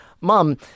Mom